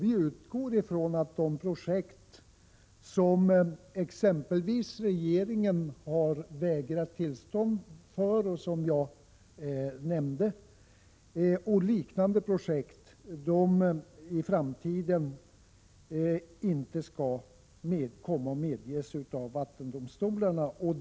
Vi utgår från att exempelvis de projekt som regeringen har vägrat ge tillstånd till, som jag nämnde, och liknande projekt i framtiden inte skall ges tillstånd av vattendomstolarna.